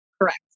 Correct